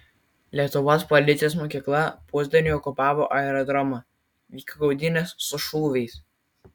lietuvos policijos mokykla pusdieniui okupavo aerodromą vyko gaudynės su šūviais